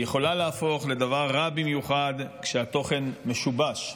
והיא יכולה להפוך לדבר רע במיוחד כשהתוכן משובש.